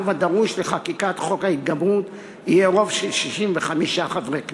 הרוב הדרוש לחקיקת חוק ההתגברות יהיה רוב של 65 חברי הכנסת.